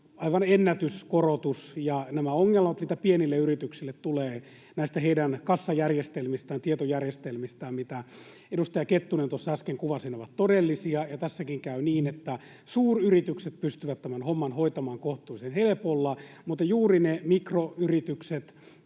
aivan ennätyskorotus ja nämä ongelmat, mitä pienille yrityksille tulee näistä heidän kassajärjestelmistään ja tietojärjestelmistään, mitä edustaja Kettunen tuossa äsken kuvasi, ovat todellisia. Tässäkin käy niin, että suuryritykset pystyvät tämän homman hoitamaan kohtuullisen helpolla, mutta juuri ne mikroyritykset